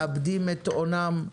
מאבדים את הונם.